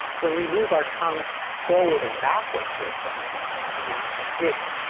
when we move our tongue forward and backward, for example, as in ah,